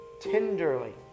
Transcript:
tenderly